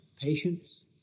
patience